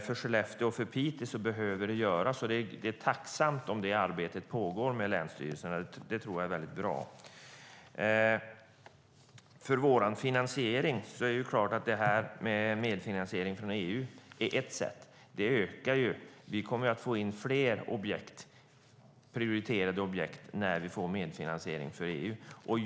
För Skellefteå och Piteå behöver det göras. Det är tacksamt om det arbetet pågår med länsstyrelsen. Det tror jag är väldigt bra. För vår finansiering är det klart att medfinansiering från EU är ett sätt. Det ökar möjligheterna. Vi kommer att få in fler prioriterade objekt när vi får medfinansiering från EU.